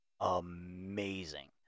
amazing